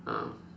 ah